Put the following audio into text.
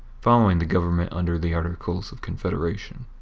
following the government under the articles of confederation.